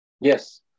Yes